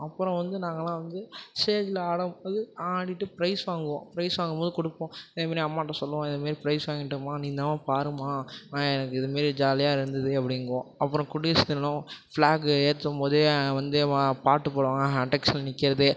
அப்புறம் வந்து நாங்களாம் வந்து ஸ்டேஜில் ஆடும் போது ஆடிகிட்டு பிரைஸ் வாங்குவோம் பிரைஸ் வாங்கும் போது கொடுப்போம் இதமாரி அம்மாகிட்ட சொல்லுவோம் இதமாரி பிரைஸ் வாங்கிட்டேம்மா நீ இந்தாம்மா பாரும்மா அம்மா எனக்கு இதுமாரி ஜாலியாக இருந்துது அப்படிங்குவோம் அப்புறம் குடியரசு தினம் ஃபிளாக்கு ஏற்றும் போதே வந்தே மா பாட்டுப் பாடுவாங்க அட்டேக்ஷனில் நிற்கிறது